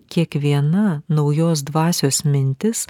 kiekviena naujos dvasios mintis